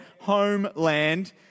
homeland